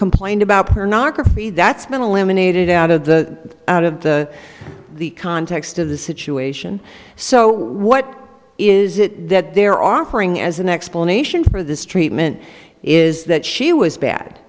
complained about her not her fee that's been eliminated out of the out of the the context of the situation so what is it that they're offering as an explanation for this treatment is that she was bad